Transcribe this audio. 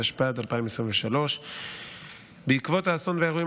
התשפ"ד 2023. בעקבות האסון והאירועים